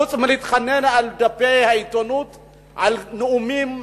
חוץ מלהתחנן מעל דפי העיתונות בנאומים,